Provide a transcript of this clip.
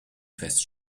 fest